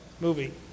movie